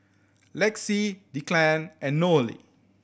Lexie Declan and Nohely